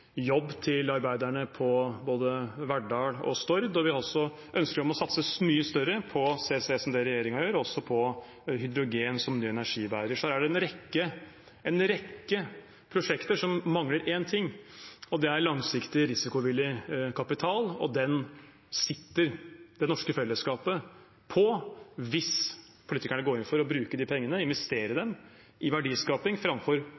jobb til arbeiderne på både Verdal og Stord. Vi har også ønske om at det satses mye større på CCS enn det regjeringen gjør, og også på hydrogen som ny energibærer. Så her er det en rekke prosjekter – som mangler én ting, og det er langsiktig, risikovillig kapital, og den sitter det norske fellesskapet på hvis politikerne går inn for å bruke de pengene og investere dem i verdiskaping framfor